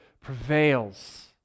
prevails